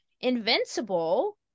invincible